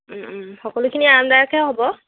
সকলোখিনি আৰামদায়কেই হ'ব